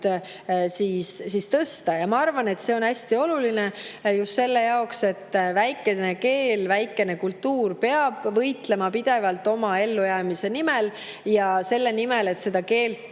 tõsta. Ma arvan, et see on hästi oluline just sellepärast, et väikene keel, väikene kultuur peab pidevalt võitlema oma ellujäämise nimel ja selle nimel, et seda keelt